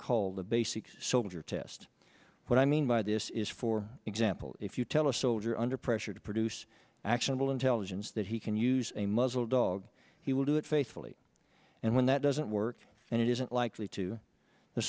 call the basics soldier test what i mean by the this is for example if you tell a soldier under pressure to produce actionable intelligence that he can use a muzzle dog he will do it faithfully and when that doesn't work and it isn't likely to the